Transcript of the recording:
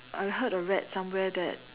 I heard or read somewhere that